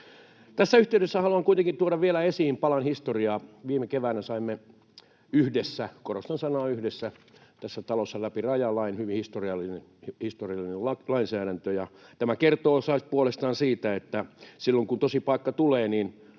Tässä yhteydessä haluan kuitenkin tuoda vielä esiin palan historiaa. Viime keväänä saimme yhdessä — korostan sanaa ”yhdessä” — tässä talossa läpi rajalain, hyvin historiallisen lainsäädännön. Tämä kertoo puolestaan siitä, että silloin kun tosipaikka tulee, tämä